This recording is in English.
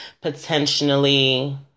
potentially